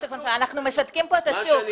אנחנו משתקים כאן את השוק.